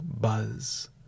buzz